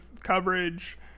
coverage